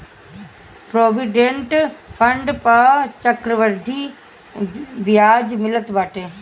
provident fund पअ चक्रवृद्धि बियाज मिलत बाटे